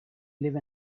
live